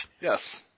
Yes